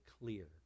clear